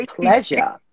pleasure